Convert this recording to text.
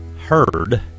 heard